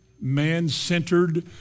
man-centered